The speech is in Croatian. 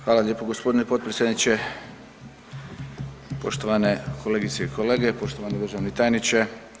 Hvala lijepo g. potpredsjedniče, poštovane kolegice i kolege, poštovani državni tajniče.